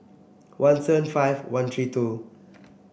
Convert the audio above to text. one seven five one three two